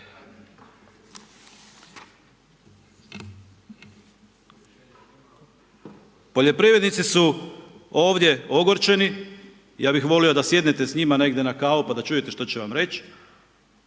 Poljoprivrednici su ovdje ogorčeni, ja bih volio da sjednete s njima negdje na kavu, pa da čujete što će vam reći,